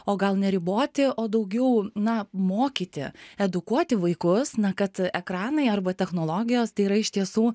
o gal ne riboti o daugiau na mokyti edukuoti vaikus na kad ekranai arba technologijos tai yra iš tiesų